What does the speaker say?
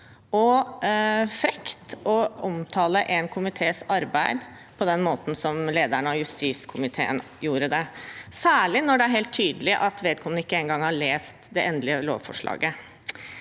og frekt å omtale en komités arbeid på den måten som lederen av justiskomiteen gjorde, særlig når det er helt tydelig at vedkommende ikke engang har lest det endelige lovforslaget.